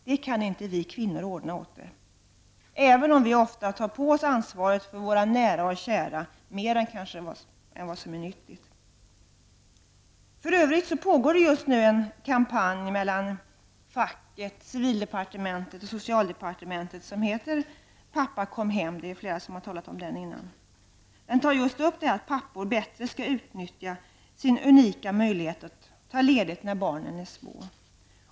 Det kan inte vi kvinnor ordna åt er, även om vi ofta tar på oss ansvaret för våra nära och kära och kanske mer än vad som är nyttigt. För övrigt pågår det just nu en kampanj i samverkan mellan facket, civildepartementet och socialdepartementet -- ''Pappa kom hem'' --, som flera tidigare har talat om. Det handlar om att pappor bättre skall utnyttja den unika möjlighet som de har att ta ledigt när barnen är små.